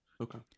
Okay